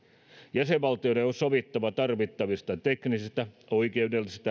jäsenvaltioiden on sovittava tarvittavista teknisistä oikeudellisista